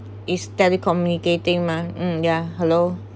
is telecommunicating mah um yeah hello